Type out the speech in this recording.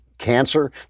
cancer